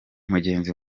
mugenzi